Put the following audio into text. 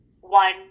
one